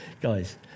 guys